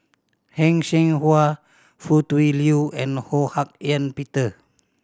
Heng Cheng Hwa Foo Tui Liew and Ho Hak Ean Peter